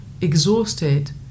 exhausted